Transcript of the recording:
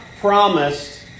promised